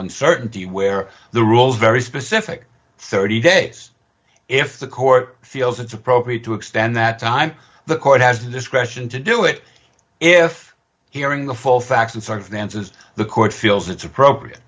uncertainty where the rules very specific thirty days if the court feels it's appropriate to extend that time the court has discretion to do it if hearing the full facts and circumstances the court feels it's